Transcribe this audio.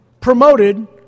promoted